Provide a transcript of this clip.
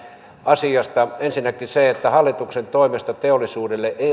asiasta ensinnäkin hallituksen toimesta teollisuudelle ei